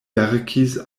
verkis